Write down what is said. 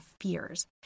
fears